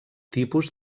tipus